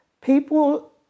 People